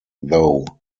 though